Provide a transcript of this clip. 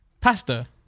Pasta